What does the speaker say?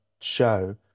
show